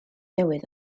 newydd